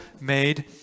made